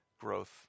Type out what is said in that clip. growth